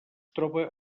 troba